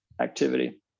activity